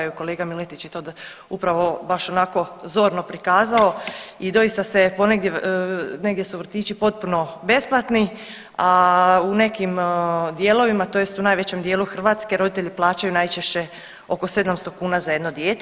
Kolega Miletić je to upravo baš onako zorno prikazao i doista se ponegdje, negdje su vrtići potpuno besplatni, a u nekim dijelovima, tj. u najvećem dijelu Hrvatske roditelji plaćaju najčešće oko 700 kuna za jedno dijete.